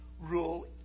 rule